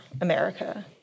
America